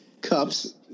Cups